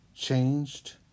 changed